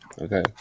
Okay